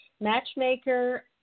matchmaker